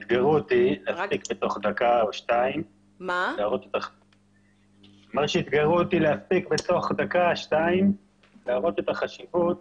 אתגרו אותי להספיק בתוך דקה או שתיים להראות את החשיבות --- רגע,